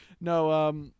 No